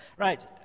Right